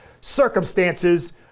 circumstances